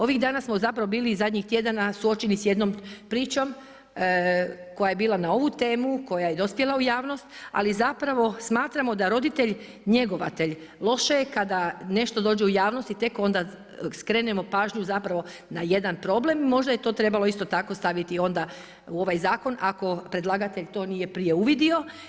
Ovih dana samo zapravo bili i zadnjih tjedana suočeni s jednom pričom, koja je bila na ovu temu, koja je dospjela u javnost, ali zapravo, smatramo da roditelj njegovatelj, loše je kada nešto dođe u javnost i tek onda skrenemo pažnju zapravo na jedan problem, možda je to trebalo isto tako staviti onda u ovaj zakon, ako predlagatelj to nije prije uvidio.